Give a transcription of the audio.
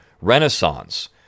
Renaissance